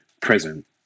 present